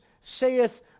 saith